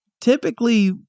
typically